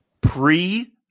pre